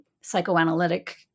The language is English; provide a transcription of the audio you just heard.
psychoanalytic